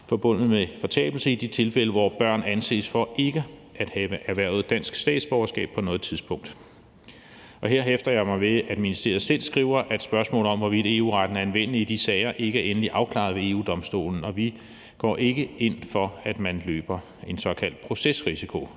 forbundet med fortabelse i de tilfælde, hvor børn anses for ikke at have erhvervet dansk statsborgerskab på noget tidspunkt. Her hæfter jeg mig ved, at ministeriet selv skriver, at spørgsmålet om, hvorvidt EU-retten er anvendelig i de sager, ikke er endeligt afklaret ved EU-Domstolen. Og vi går ikke ind for, at man løber en såkaldt procesrisiko.